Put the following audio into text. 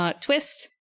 twist